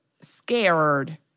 scared